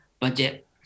budget